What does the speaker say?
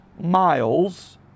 miles